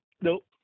Nope